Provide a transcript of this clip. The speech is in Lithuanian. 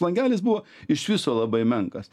langelis buvo iš viso labai menkas